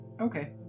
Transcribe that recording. okay